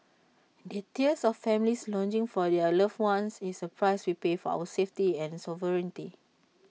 the tears of families longing for their loved ones is the price we pay for our safety and sovereignty